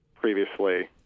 previously